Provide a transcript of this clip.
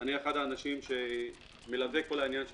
אני אחד האנשים שמלווה את כל עניין צד"ל.